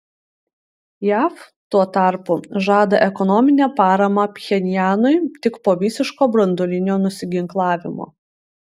jav tuo tarpu žada ekonominę paramą pchenjanui tik po visiško branduolinio nusiginklavimo